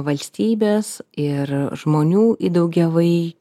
valstybės ir žmonių į daugiavai